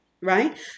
Right